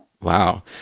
Wow